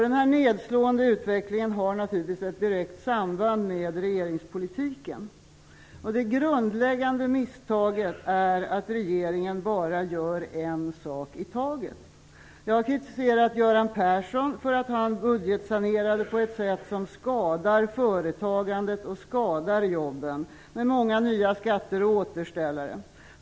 Denna nedslående utveckling har naturligtvis ett direkt samband med regeringspolitiken. Det grundläggande misstaget är att regeringen bara gör en sak i taget. Jag har kritiserat Göran Persson för att han budgetsanerade på ett sätt som skadar företagandet och skadar jobben med många nya skatter och återställare.